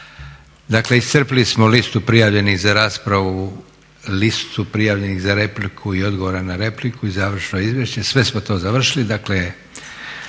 Dakle, iscrpili smo listu prijavljenih za raspravu, listu prijavljenih za repliku i odgovora na repliku i završno izvješće. Sve smo to završili.